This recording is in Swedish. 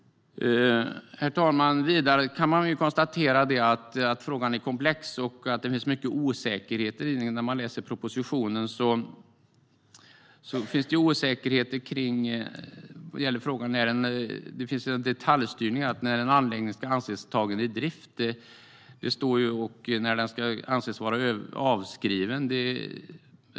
Herr talman! Vidare kan jag konstatera att frågan är komplex och att det finns mycket osäkerhet i fråga om detta. När man läser propositionen ser man att det finns en detaljstyrning i fråga om när en anläggning ska anses ha tagits i drift och när den ska anses vara avskriven.